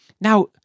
Now